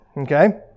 Okay